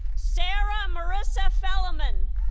sarah marissa felleman